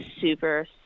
super